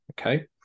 Okay